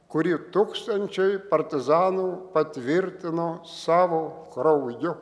kurį tūkstančiai partizanų patvirtino savo krauju